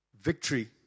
Victory